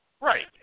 Right